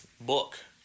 book